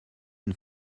une